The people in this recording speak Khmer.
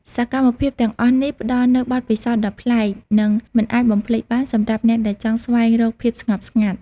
សកម្មភាពទាំងអស់នេះផ្តល់នូវបទពិសោធន៍ដ៏ប្លែក និងមិនអាចបំភ្លេចបានសម្រាប់អ្នកដែលចង់ស្វែងរកភាពស្ងប់ស្ងាត់។